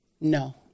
No